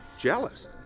Jealous